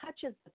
touches